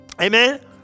Amen